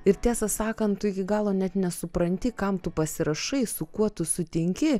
ir tiesą sakant tu iki galo net nesupranti kam tu pasirašai su kuo tu sutinki